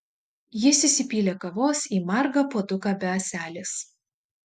jis įsipylė kavos į margą puoduką be ąselės